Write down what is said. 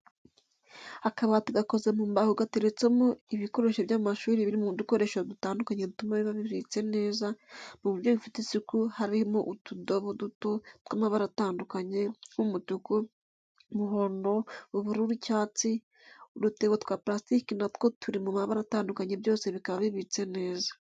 Akabati gakoze mu mbaho gateretsemo ibikoresho by'abanyeshuri biri mu dukoresho dutandukanye dutuma biba bibitse neza mu buryo bufite isuku harimo utudobo duto tw'amabara atandukanye nk'umutuku, umuhondo, ubururu ,icyatsi, udutebo twa parasitiki natwo turi mu mabara atandukanye byose bikaba bibitse neza.